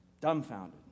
dumbfounded